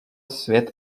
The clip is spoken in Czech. svět